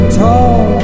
tall